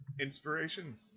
inspiration